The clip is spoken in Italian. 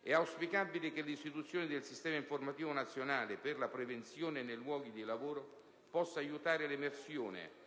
È auspicabile che l'istituzione del Sistema informativo nazionale per la prevenzione nei luoghi di lavoro possa aiutare l'emersione